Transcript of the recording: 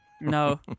No